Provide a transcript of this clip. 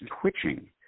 twitching